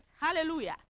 hallelujah